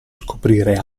scoprire